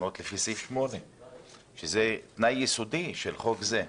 תקנות לפי סעיף 8. זה תנאי יסודי של חוק זה.